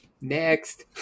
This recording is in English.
Next